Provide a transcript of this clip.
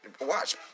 watch